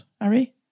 Harry